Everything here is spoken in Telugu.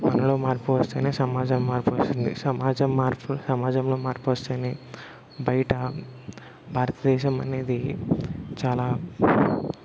మనలో మార్పు వస్తేనే సమాజం మార్పు వస్తుంది సమాజం మార్పు సమాజంలో మార్పు వస్తేనే బయట భారతదేశం అనేది చాలా